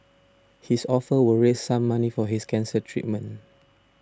his offer will raise some money for his cancer treatment